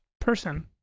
person